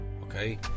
okay